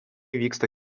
vyksta